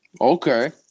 Okay